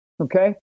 okay